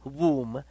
womb